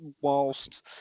whilst